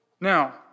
Now